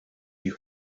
you